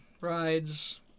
rides